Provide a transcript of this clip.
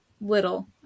little